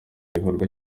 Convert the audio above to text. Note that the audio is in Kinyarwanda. gikorwa